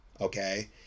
okay